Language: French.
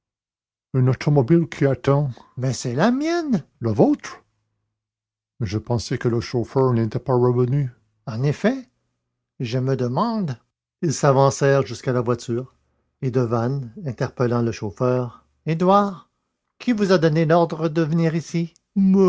une automobile qui attend mais c'est la mienne la vôtre mais je pensais que le chauffeur n'était pas revenu en effet et je me demande ils s'avancèrent jusqu'à la voiture et devanne interpellant le chauffeur édouard qui vous a donné l'ordre de venir ici